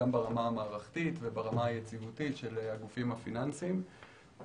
גם ברמה המערכתית וברמת היציבות של הגופים הפיננסיים.